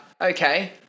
okay